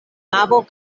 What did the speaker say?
navo